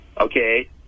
Okay